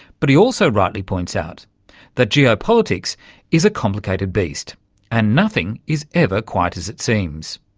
but he also rightly points out that geo-politics is a complicated beast and nothing is ever quite as it seems.